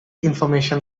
information